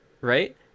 right